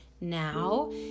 now